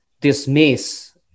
dismiss